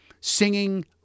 Singing